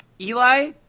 Eli